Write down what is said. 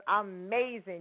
amazing